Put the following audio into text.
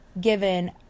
given